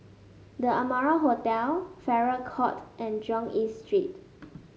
The Amara Hotel Farrer Court and Jurong East Street